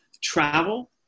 travel